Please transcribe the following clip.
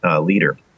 leader